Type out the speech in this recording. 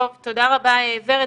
טוב, תודה רבה, ורד.